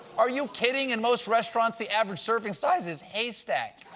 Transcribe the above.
are you kidding? in most restaurants, the average serving size is haystack.